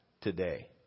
today